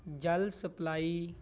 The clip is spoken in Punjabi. ਜਲ ਸਪਲਾਈ